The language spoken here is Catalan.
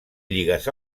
lligues